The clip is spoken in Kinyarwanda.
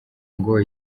ngo